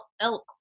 elk